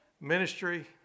ministry